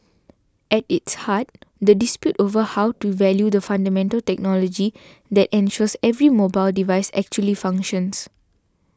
at its heart the dispute over how to value the fundamental technology that ensures every mobile device actually functions